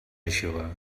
eixuga